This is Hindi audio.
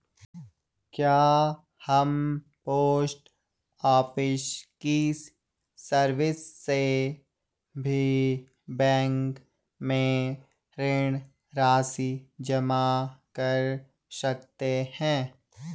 क्या हम पोस्ट ऑफिस की सर्विस से भी बैंक में ऋण राशि जमा कर सकते हैं?